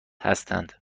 هستند